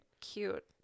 cute